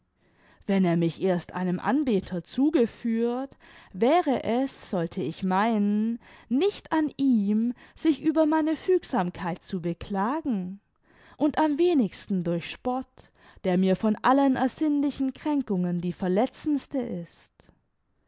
wenn er mich erst einem anbeter zugeführt wäre es sollte ich meinen nicht an ihm sich über meine fügsamkeit zu beklagen und am wenigsten durch spott der mir von allen ersinnlichen kränkungen die verletzendste ist